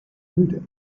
müde